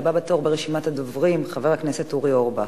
הבא בתור ברשימת הדוברים, חבר הכנסת אורי אורבך.